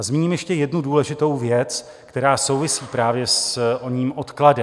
A zmíním ještě jednu důležitou věc, která souvisí právě s oním odkladem.